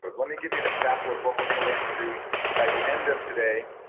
but let me give you an example of what we're gonna learn to do by the end of today.